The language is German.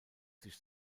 sich